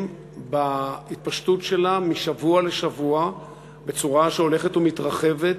בהתפשטות שלה משבוע לשבוע בצורה שהולכת ומתרחבת,